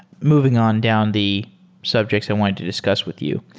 moving on down the subjects i wanted to discuss with you.